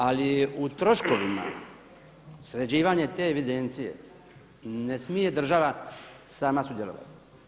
Ali u troškovima sređivanja te evidencije ne smije država sam sudjelovati.